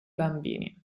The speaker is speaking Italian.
bambini